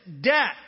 debt